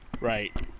Right